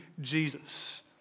Jesus